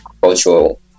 cultural